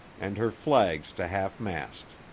and her flag's to half-mast.